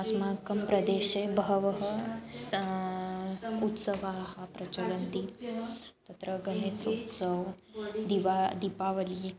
अस्माकं प्रदेशे बहवः सः उत्सवाः प्रचलन्ति तत्र गणेशोत्सवः दिवा दीपावलिः